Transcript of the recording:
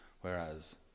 Whereas